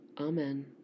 Amen